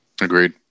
Agreed